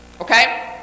okay